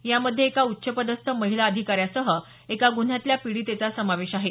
यामध्ये एका उच्च पदस्थ महिला अधिकाऱ्यासह एका गुन्ह्यातल्या पीडितेचा समावेश आहे